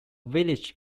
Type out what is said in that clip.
village